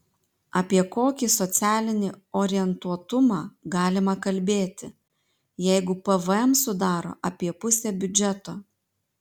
apie kokį socialinį orientuotumą galima kalbėti jeigu pvm sudaro apie pusę biudžeto